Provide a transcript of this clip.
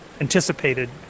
anticipated